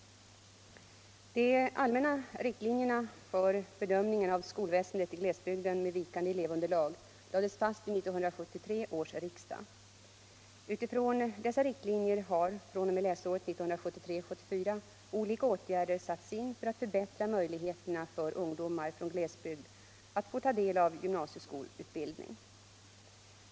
De allmänna riktlinjerna för bedömningen av skolväsendet i glesbygder med vikande elevunderlag lades fast vid 1973 års riksdag . Utifrån dessa riktlinjer har fr.o.m. läsåret 1973/74 olika åtgärder satts in för att förbättra möjligheterna för ungdomar från glesbygd att ta del av gymnasieskolutbildning.